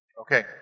Okay